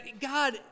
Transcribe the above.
God